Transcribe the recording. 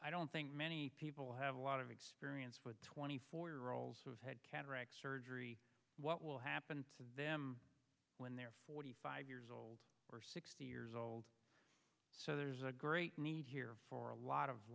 i don't think many people have a lot of experience with twenty four year olds who have had cataract surgery what will happen to them when they're forty five years old or sixty years old so there's a great need here for a lot of